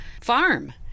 farm